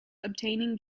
obtaining